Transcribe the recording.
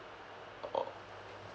oh